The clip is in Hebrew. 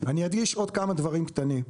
אני אדגיש עוד כמה דברים קטנים: